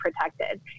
protected